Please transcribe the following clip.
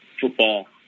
football